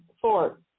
Four